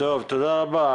תודה רבה.